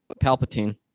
Palpatine